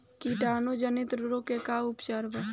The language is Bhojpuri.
कीटाणु जनित रोग के का उपचार बा?